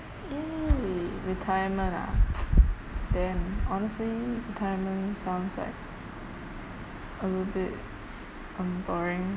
mm retirement ah damn honestly retirement sounds like a little bit um boring